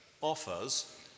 offers